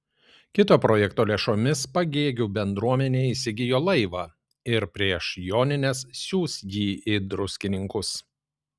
kito projekto lėšomis pagėgių bendruomenė įsigijo laivą ir prieš jonines siųs jį į druskininkus